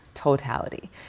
totality